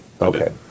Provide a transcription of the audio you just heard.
Okay